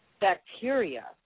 bacteria